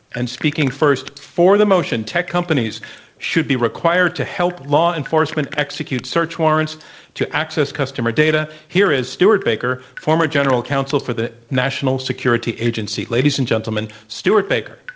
and speaking first for the motion, tech companies should be required to help law enforcement execute search warrants to access customer data here is stewart baker, former general counsel for the national security agency. ladies and gentlemen, stewart baker.